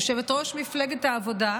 יושבת-ראש מפלגת העבודה,